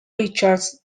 richards